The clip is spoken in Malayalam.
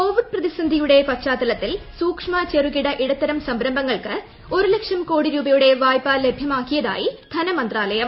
കോവിഡ് പ്രതിസന്ധിയുടെ പശ്ചാത്തലത്തിൽ സൂക്ഷ്മ ഇടത്തരം സംരംഭങ്ങൾക്ക് ഒരുലക്ഷം കോടി ചെറുകിട രൂപയുടെ വായ്പ ലഭ്യമാക്കിയതായി ധനമന്ത്രാലയം